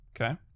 Okay